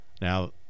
Now